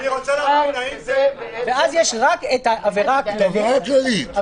ואז יש רק העבירה הכללית.